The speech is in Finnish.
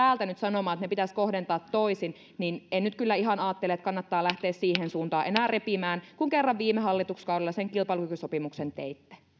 täältä nyt sanomaan että ne pitäisi kohdentaa toisin en nyt kyllä ihan ajattele että kannattaa lähteä siihen suuntaa enää repimään kun kerran viime hallituskaudella sen kilpailukykysopimuksen teitte